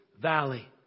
valley